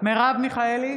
מרב מיכאלי,